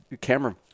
camera